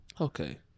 Okay